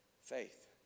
Faith